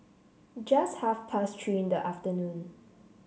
just half past Three in the afternoon